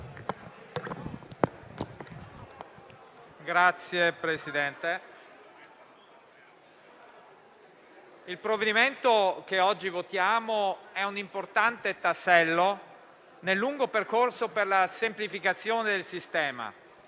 il provvedimento che oggi votiamo è un importante tassello nel lungo percorso per la semplificazione del sistema.